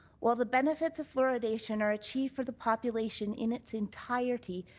while the benefits of fluoridation are achieved for the population in its entirety,